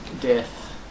Death